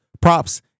props